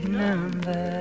number